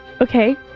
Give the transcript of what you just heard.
Okay